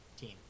team